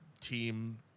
team